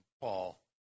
Paul